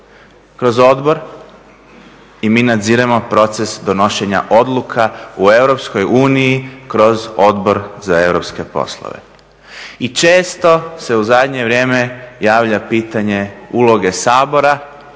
kroz odbor i mi nadziremo proces donošenja odluka u Europskoj uniji kroz Odbor za europske poslove. I često se u zadnje vrijeme javlja pitanje uloge Sabora